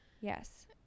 Yes